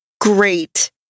great